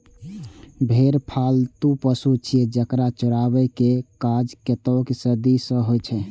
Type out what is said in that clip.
भेड़ पालतु पशु छियै, जेकरा चराबै के काज कतेको सदी सं होइ छै